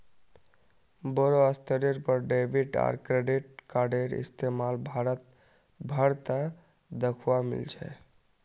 बोरो स्तरेर पर डेबिट आर क्रेडिट कार्डेर इस्तमाल भारत भर त दखवा मिल छेक